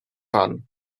pan